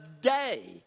day